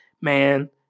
man